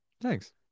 Thanks